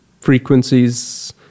frequencies